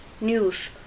news